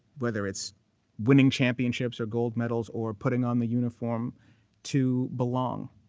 whether it's winning championships or gold medals or putting on the uniform to belong.